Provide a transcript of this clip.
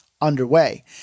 underway